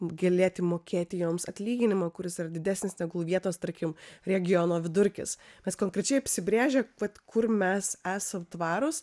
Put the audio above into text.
galėti mokėti joms atlyginimą kuris ar didesnis negu vietos tarkim regiono vidurkis kas konkrečiai apsibrėžia vat kur mes esam tvarūs